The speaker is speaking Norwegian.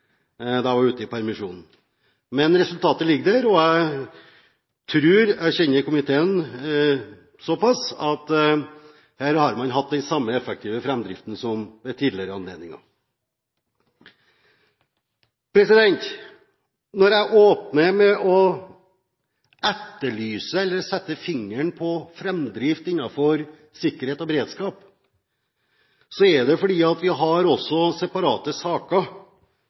da jeg var ute i permisjon. Men resultatet ligger der, og jeg tror jeg kjenner komiteen såpass at her har man hatt den samme effektive framdriften som ved tidligere anledninger. Når jeg åpner med å etterlyse eller sette fingeren på framdrift innenfor sikkerhet og beredskap, er det fordi vi også har separate saker, og vi har